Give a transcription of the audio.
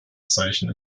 zeichen